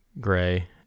gray